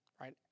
right